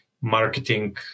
marketing